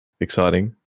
Exciting